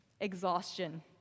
exhaustion